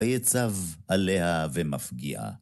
וַיְצַו עָלֶיהָ בְמַפְגִּיעַ